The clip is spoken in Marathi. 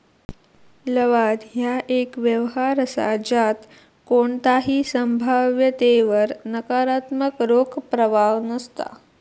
लवाद ह्या एक व्यवहार असा ज्यात कोणताही संभाव्यतेवर नकारात्मक रोख प्रवाह नसता